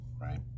right